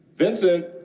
Vincent